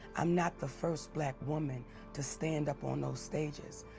i'm not the first black woman to stand up on those stages.